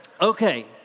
Okay